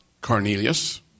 Cornelius